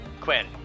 Quinn